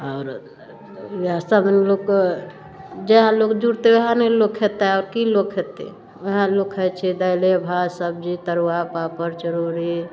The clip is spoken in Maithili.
आओर ओएह सभ दिन लोक कऽ जहए लोक जुड़तै ओएह ने लोक खयतै आब की लोक खयतै ओएह लोक खाइत छै दाले भात सब्जी तरुआ पापड़ चरौड़ी